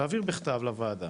להעביר בכתב לוועדה,